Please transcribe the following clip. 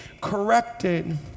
corrected